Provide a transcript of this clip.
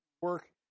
work